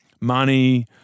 money